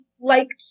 liked